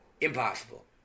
Impossible